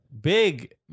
Big